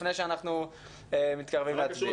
לפני שאנחנו מתקרבים לסיום.